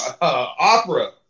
opera